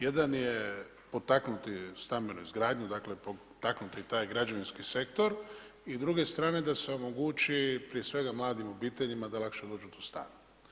Jedan je potaknuti stambenu izgradnju, dakle potaknuti taj građevinski sektor i s druge strane da se omogući prije svega mladim obiteljima da lakše dođu do stana.